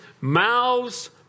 mouths